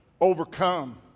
overcome